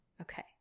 Okay